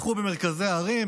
פתחו במרכזי הערים,